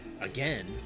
again